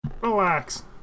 relax